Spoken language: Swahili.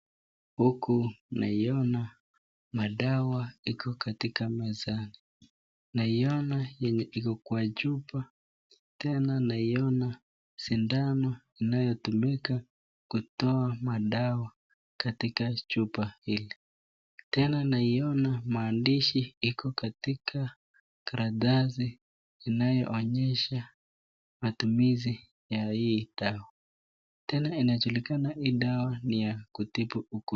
Huku naiona madawa iko katika mezani. Naiona yenye iko kwa chupa tena naiona sindano ambayo inayotumika kutoa dawa katika chupa hizi. Tena naiona maandishi iko katika karatasi inayoonyesha matumizi ya hii dawa. Tena inajulikana hii dawa ni ya kutibu ugonjwa.